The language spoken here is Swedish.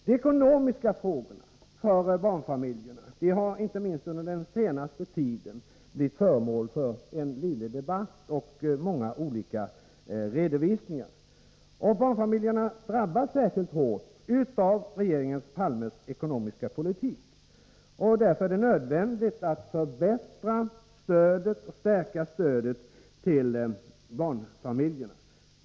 De ekonomiska frågorna för barnfamiljerna har inte minst under den senaste tiden blivit föremål för en livlig debatt och många olika redovisningar. Barnfamiljerna drabbas särskilt hårt av regeringen Palmes ekonomiska politik. Därför är det nödvändigt att förbättra och stärka stödet till barnfamiljerna.